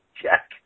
check